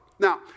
Now